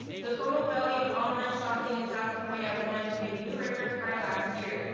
the total value of online shopping in south korea climbed to a new record high last year.